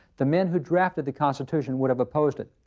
the men who drafted the constitution, would have opposed it.